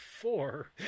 four